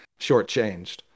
shortchanged